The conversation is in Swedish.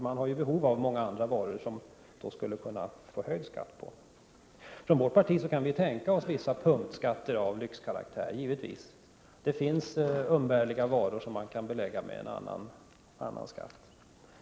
Man har ju behov av många andra varor, för vilka skatten skulle kunna höjas. Från vårt parti kan vi givetvis tänka oss vissa punktskatter av lyxskattekaraktär. Det finns umbärliga varor som man kan belägga med skatt.